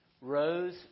rose